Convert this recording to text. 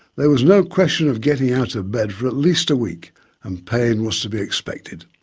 there was no question of getting out of bed for at least a week and pain was to be expected.